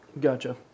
Gotcha